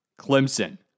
Clemson